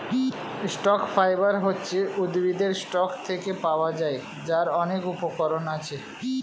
stock fibre হচ্ছে উদ্ভিদের stalk থেকে পাওয়া যায়, যার অনেক উপকরণ আছে